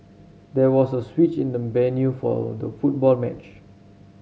there was a switch in the venue for the football match